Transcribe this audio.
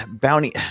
bounty